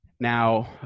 Now